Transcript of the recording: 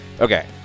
Okay